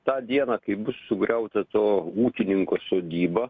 tą dieną kaip bus sugriauta to ūkininko sodyba